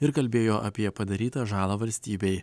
ir kalbėjo apie padarytą žalą valstybei